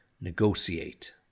Negotiate